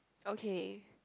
okay